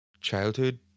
childhood